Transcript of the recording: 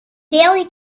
daily